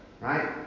Right